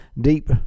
deep